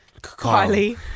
Kylie